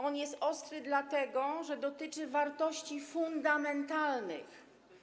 On jest ostry, dlatego że dotyczy wartości fundamentalnych.